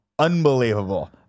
Unbelievable